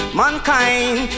mankind